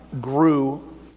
grew